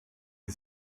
die